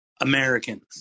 Americans